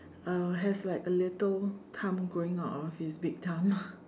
uh has like a little thumb growing out of his big thumb